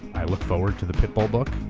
i look forward to the pit bull book.